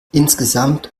insgesamt